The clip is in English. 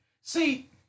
See